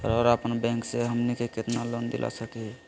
रउरा अपन बैंक से हमनी के कितना लोन दिला सकही?